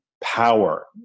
power